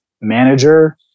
manager